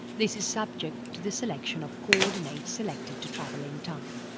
this is subject to the selection of co-ordinates selected to travel in time.